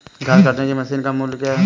घास काटने की मशीन का मूल्य क्या है?